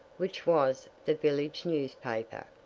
which was the village newspaper,